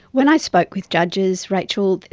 when i spoke with judges, rachel,